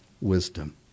wisdom